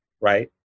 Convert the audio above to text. right